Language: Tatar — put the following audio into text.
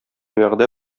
вәгъдә